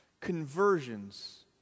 Conversions